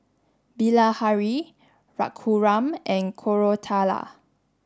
Bilahari Raghuram and Koratala